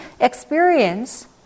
experience